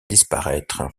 disparaître